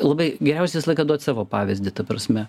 labai geriausia visą laiką duot savo pavyzdį ta prasme